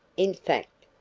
in fact,